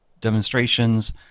demonstrations